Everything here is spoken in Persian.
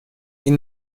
این